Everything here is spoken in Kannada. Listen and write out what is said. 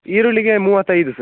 ಈರುಳ್ಳಿಗೆ ಮೂವತ್ತೈದು ಸರ್